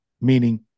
meaning